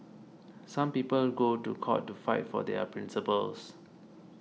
some people go to court to fight for their principles